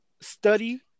study